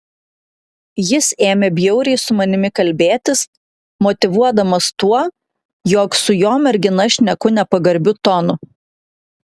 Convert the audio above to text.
jis ėmė bjauriai su manimi kalbėtis motyvuodamas tuo jog su jo mergina šneku nepagarbiu tonu